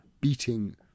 beating